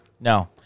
No